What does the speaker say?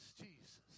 Jesus